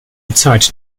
zeit